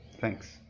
Thanks